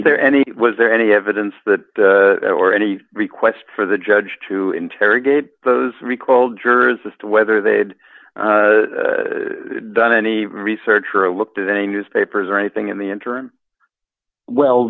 there any was there any evidence that or any request for the judge to interrogate those recalled jurist whether they had done any research or looked at any newspapers or anything in the interim well